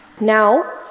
Now